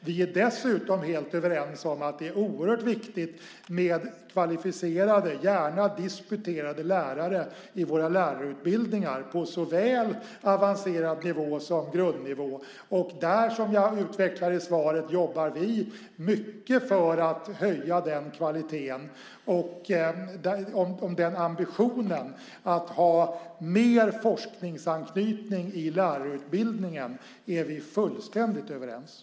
Vi är dessutom helt överens om att det är oerhört viktigt med kvalificerade, gärna disputerade, lärare i våra lärarutbildningar på såväl avancerad nivå som grundnivå. Där jobbar vi, som jag utvecklar i svaret, mycket för att höja kvaliteten. Ambitionen att ha mer forskningsanknytning i lärarutbildningen är vi fullständigt överens om.